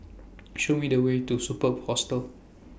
Show Me The Way to Superb Hostel